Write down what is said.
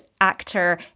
actor